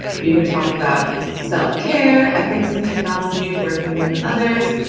you can talk about self-care, ethics and technology, working with others,